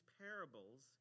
parables